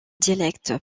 dialecte